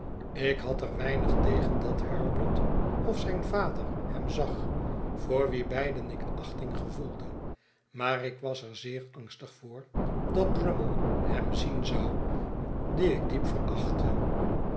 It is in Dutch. ik had er weinig tegen dat herbert of zijn vader hem zag voor wie beiden ik achting gevoelde maar ik was er zeer angstig voor dat drummle hem zien zou dien ik diep